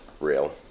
real